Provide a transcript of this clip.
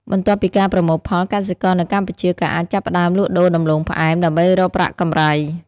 បន្ទាប់ពីការប្រមូលផល កសិករនៅកម្ពុជាក៏អាចចាប់ផ្ដើមលក់ដូរដំឡូងផ្អែម ដើម្បីរកប្រាក់កម្រៃ។